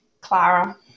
Clara